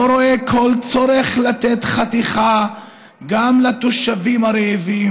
רואה כל צורך לתת חתיכה גם לתושבים הרעבים.